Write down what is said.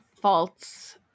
false